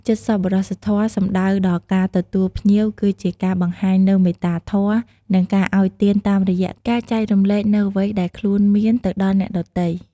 នេះជាគោលការណ៍គ្រឹះមួយនៅក្នុងព្រះពុទ្ធសាសនា ដែលលើកកម្ពស់ការចែករំលែក និងការមិនអាត្មានិយម។